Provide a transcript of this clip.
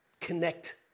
connect